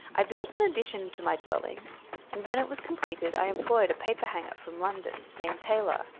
i built an addition to my dwelling and when it was completed i employed a paperhanger from london named taylor,